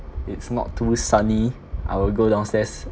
if not too sunny I will go downstairs